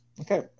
Okay